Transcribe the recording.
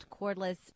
cordless